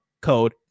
Code